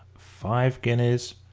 five guineas,